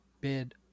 bid